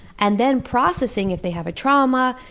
and then processing if they have a trauma.